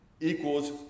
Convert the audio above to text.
equals